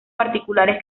particulares